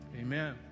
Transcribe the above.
Amen